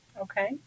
Okay